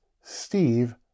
Steve